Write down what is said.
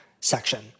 section